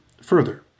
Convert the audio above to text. Further